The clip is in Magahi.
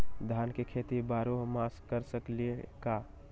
धान के खेती बारहों मास कर सकीले का?